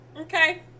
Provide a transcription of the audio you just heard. Okay